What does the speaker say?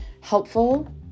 helpful